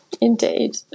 Indeed